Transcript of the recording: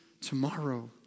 tomorrow